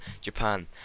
Japan